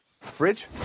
Fridge